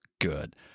good